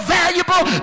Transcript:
valuable